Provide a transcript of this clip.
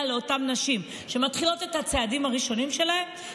לאותן נשים שמתחילות את הצעדים הראשונים שלהן,